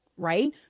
Right